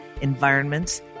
environments